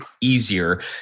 easier